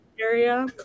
area